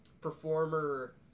performer